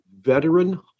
veteran